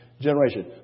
generation